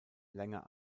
länger